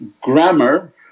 grammar